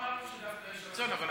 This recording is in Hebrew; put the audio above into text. אמרתי שיש רצון דווקא,